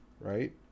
right